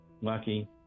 lucky